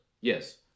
Yes